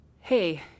hey